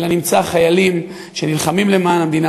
אלא נמצא חיילים שנלחמים למען המדינה,